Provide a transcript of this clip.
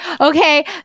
Okay